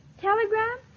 Telegram